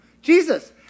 Jesus